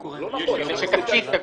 סליחה --- סגור.